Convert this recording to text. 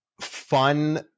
fun